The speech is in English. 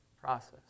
process